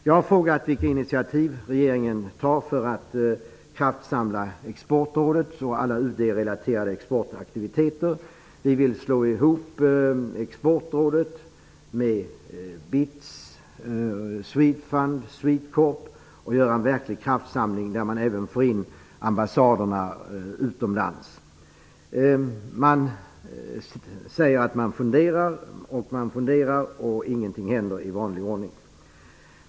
Jag har frågat vilka initiativ regeringen tar för att samla kraft i Exportrådet liksom i alla UD relaterade exportaktiviteter. Vi vill slå ihop Exportrådet med BITS, Swedefund och Swedecorp för att åstadkomma en verklig kraftsamling, där man även får in ambassaderna utomlands. Regeringen säger att man funderar, och ingenting händer i vanlig ordning.